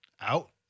out